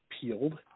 peeled